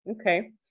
Okay